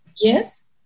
Yes